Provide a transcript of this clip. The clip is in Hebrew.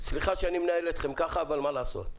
סליחה שאני מנהל אתכם ככה, אבל מה לעשות?